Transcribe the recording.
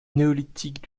néolithique